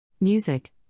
Music